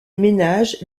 ménages